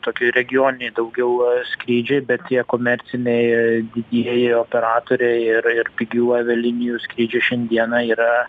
tokie regioniniai daugiau skrydžiai bet tie komerciniai didieji operatoriai ir ir pigių avialinijų skrydžiai šiandieną yra